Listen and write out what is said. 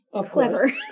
Clever